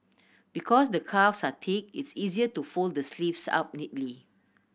because the cuffs are thick it's easier to fold the sleeves up neatly